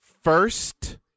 First